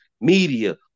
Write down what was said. media